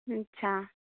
अच्छा